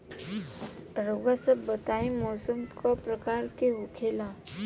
रउआ सभ बताई मौसम क प्रकार के होखेला?